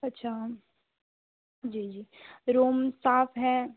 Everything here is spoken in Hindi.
अच्छा जी जी रूम साफ़ है